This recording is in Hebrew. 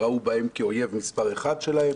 ראו בהם אויב מספר אחת שלהם